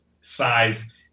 size